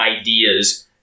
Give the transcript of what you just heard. ideas